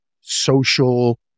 social